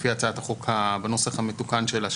לפי הצעת החוק בנוסח המתוקן שלה,